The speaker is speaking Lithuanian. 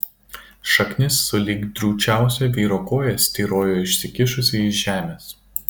šaknis sulig drūčiausia vyro koja styrojo išsikišusi iš žemės